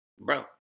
Bro